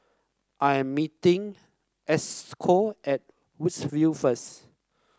I am meeting Esco at Woodsville first